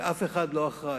ואף אחד לא אחראי,